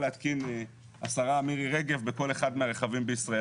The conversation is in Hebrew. להתקין השרה מירי רכב בכל אחד מהרכבים בישראל.